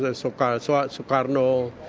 ah soekarno, so ah soekarno,